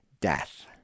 death